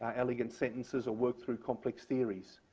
um elegant sentences or work through complex theories.